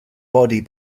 body